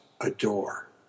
adore